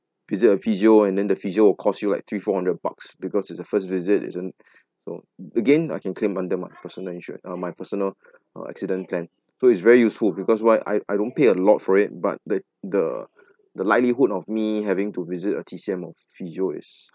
visit a physio and then the physio will cost you like three four hundred bucks because it's the first visit isn't so again I can claim under my personal insured uh my personal uh accident plan so it's very useful because why I I don't pay a lot for it but the the the likelihood of me having to visit a T_C_M or physio is